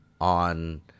on